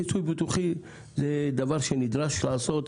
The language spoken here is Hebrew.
כיסוי ביטוחי זה דבר שנדרש לעשות.